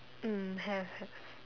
mm have have